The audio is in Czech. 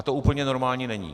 To úplně normální není.